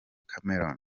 cameroun